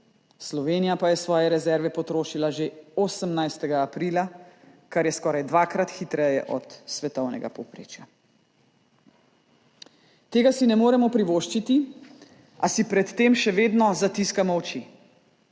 Slovenija pa je svoje rezerve potrošila že 18. aprila, kar je skoraj dvakrat hitreje od svetovnega povprečja. Tega si ne moremo privoščiti, a si pred tem še vedno zatiskamo oči.